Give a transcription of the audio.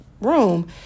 room